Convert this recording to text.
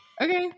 Okay